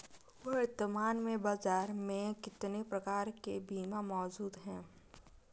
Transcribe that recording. वर्तमान में बाज़ार में कितने प्रकार के बीमा मौजूद हैं?